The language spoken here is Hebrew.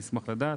אני אשמח לדעת,